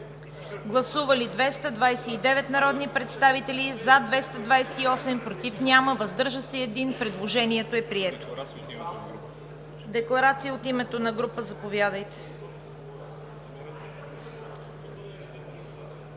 Гласували 229 народни представители: за 228, против няма, въздържал се 1. Предложението е прието. Декларация от името на група – заповядайте.